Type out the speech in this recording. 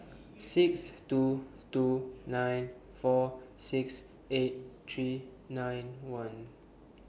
six two two nine four six eight three nine one